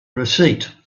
receipt